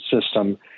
system